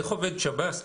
איך עובד שב"ס,